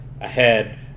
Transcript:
ahead